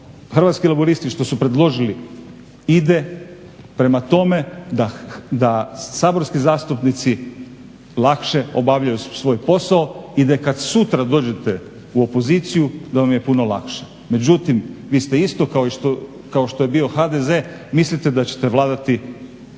Hrvatski laburisti što su predložili ide prema tome da saborski zastupnici lakše obavljaju svoj posao i da kad sutra dođete u opoziciju da vam je puno lakše. Međutim, vi ste isto kao što je bio HDZ mislite da ćete vladati